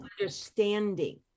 understanding